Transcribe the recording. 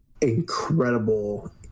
Incredible